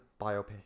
biopic